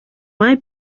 mai